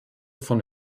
von